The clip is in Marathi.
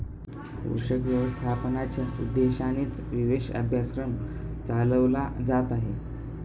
पोषक व्यवस्थापनाच्या उद्देशानेच विशेष अभ्यासक्रम चालवला जात आहे